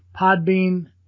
Podbean